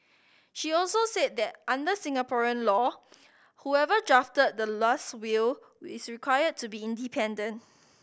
she also said that under Singaporean law whoever drafted the last will is required to be independent